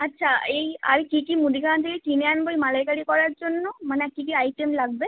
আচ্ছা এই আর কী কী মুদিখানা থেকে কিনে আনবো এই মালাইকারী করার জন্য মানে কী কী আইটেম লাগবে